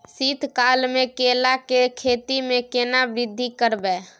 शीत काल मे केला के खेती में केना वृद्धि करबै?